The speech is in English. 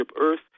Earth